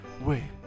Wait